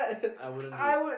I wouldn't do it